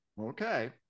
Okay